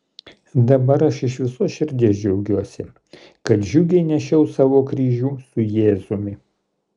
dabar aš iš visos širdies džiaugiuosi kad džiugiai nešiau savo kryžių su jėzumi